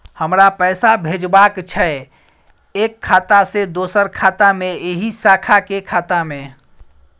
हमरा पैसा भेजबाक छै एक खाता से दोसर खाता मे एहि शाखा के खाता मे?